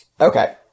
Okay